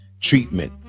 treatment